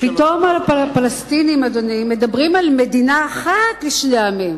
פתאום הפלסטינים מדברים על מדינה אחת לשני עמים.